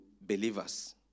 believers